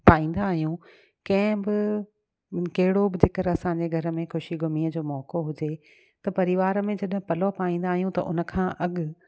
पाईंदा आहियूं कंहिं बि कहिड़ो बि जेकरि असांजे घर में ख़ुशी ग़मीअ जो मौक़ो हुजे त परिवार में जॾहिं पलउ पाईंदा आहियूं त हुनखां अॻु